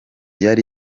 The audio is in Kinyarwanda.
yari